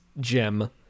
gem